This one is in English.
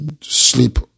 sleep